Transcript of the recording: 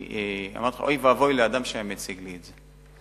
אמרתי לך, אוי ואבוי לאדם שהיה מציג לי את זה.